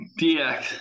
dx